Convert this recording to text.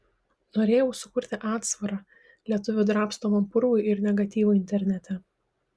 norėjau sukurti atsvarą lietuvių drabstomam purvui ir negatyvui internete